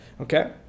okay